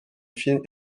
films